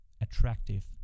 attractive